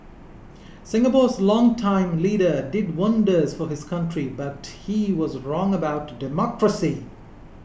Singapore's longtime leader did wonders for his country but he was wrong about democracy